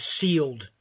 sealed